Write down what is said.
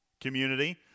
Community